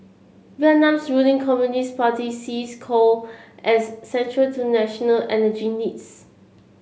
Vietnam's ruling Communist Party sees coal as central to national energy needs